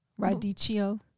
Radicchio